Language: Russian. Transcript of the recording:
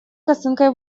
косынкой